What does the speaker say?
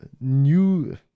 new